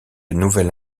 nouvelle